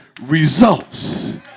results